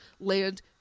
land